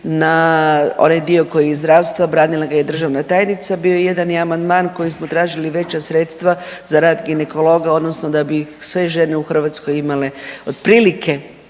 na onaj dio koji je iz zdravstva, branila ga je državna tajnica, bio je jedan i amandman koji smo tražili veća sredstva za rad ginekologa, odnosno da bi sve žene u Hrvatskoj imale otprilike,